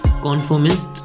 conformist